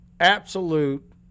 absolute